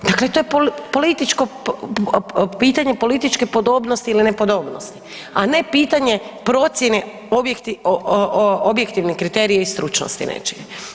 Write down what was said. Dakle, to je političko pitanje, političke podobnosti ili nepodobnosti, a ne pitanje procjene objektivnih kriterija i stručnosti, nečega.